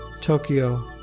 Tokyo